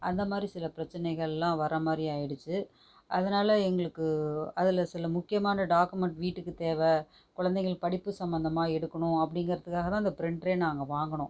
அந்த மாதிரி சில பிரச்சனைகள்லாம் வர மாதிரி ஆயிடுச்சு அதனால் எங்களுக்கு அதுல சில முக்கியமான டாக்குமெண்ட்டு வீட்டுக்கு தேவா குழந்தைகள் படிப்பு சம்பந்தமாக எடுக்கணும் அப்படிங்கருத்துக்குகாக தான் அந்தப் பிரிண்டறே நாங்கள் வாங்குனோம்